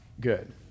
good